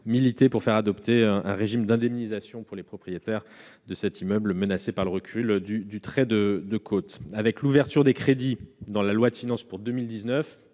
milité pour faire adopter un régime d'indemnisation pour les propriétaires de cet immeuble menacé par le recul du trait de côte. Avec l'ouverture de crédits dans le cadre de la loi de finances pour 2019,